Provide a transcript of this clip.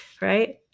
Right